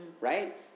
right